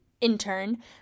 intern